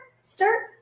start